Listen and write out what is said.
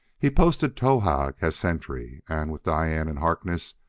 he posted towahg as sentry, and, with diane and harkness,